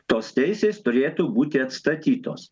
tos teisės turėtų būti atstatytos